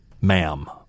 ma'am